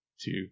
two